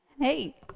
Hey